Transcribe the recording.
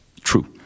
true